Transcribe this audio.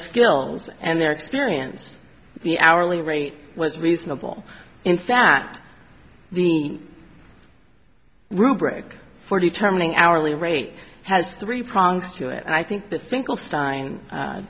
skills and their experience the hourly rate was reasonable in fact the rubric for determining hourly rate has three prongs to it and i think the think will stein